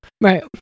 Right